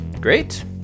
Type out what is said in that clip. Great